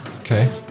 Okay